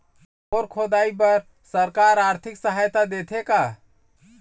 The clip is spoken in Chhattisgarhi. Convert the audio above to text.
बोर खोदाई बर सरकार आरथिक सहायता देथे का?